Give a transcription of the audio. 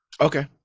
okay